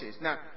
Now